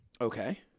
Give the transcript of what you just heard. Okay